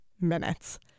minutes